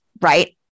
right